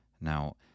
Now